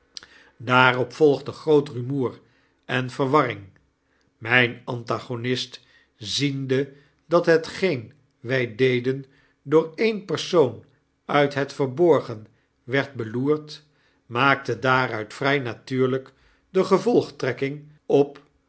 daarop volgde groot rumoer en verwarring myn antagonist ziende dat hetgeen wij deden door een persoon uit het verborgen werd beloerd maakte daaruit vry natuurlijk de gevolgtrekking op